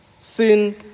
Sin